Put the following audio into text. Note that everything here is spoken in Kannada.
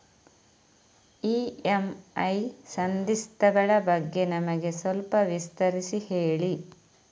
ಇ.ಎಂ.ಐ ಸಂಧಿಸ್ತ ಗಳ ಬಗ್ಗೆ ನಮಗೆ ಸ್ವಲ್ಪ ವಿಸ್ತರಿಸಿ ಹೇಳಿ